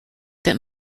that